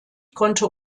konnte